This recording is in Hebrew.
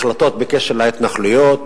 החלטות בקשר להתנחלויות,